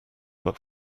but